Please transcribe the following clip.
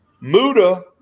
Muda